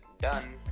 done